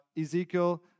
Ezekiel